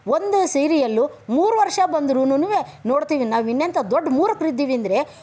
ಒಂದು ಸೀರಿಯಲ್ಲು ಮೂರು ವರ್ಷ ಬಂದ್ರೂನುವೇ ನೋಡ್ತೀವಿ ನಾವಿನ್ನೆಂಥ ದೊಡ್ಡ ಮೂರ್ಖರಿದ್ದೀವಿ ಅಂದರೆ